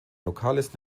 lokales